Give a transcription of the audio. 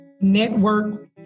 network